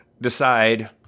decide